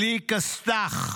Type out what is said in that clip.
בלי כסת"ח"